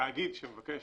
תאגיד שמבקש,